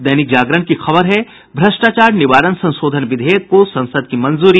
दैनिक जागरण की खबर है भ्रष्टाचार निवारण संशोधन विधेयक को संसद की मंजूरी